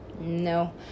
no